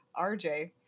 RJ